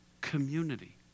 community